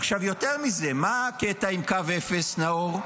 עכשיו, יותר מזה, מה הקטע עם קו אפס, נאור?